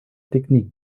technique